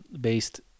based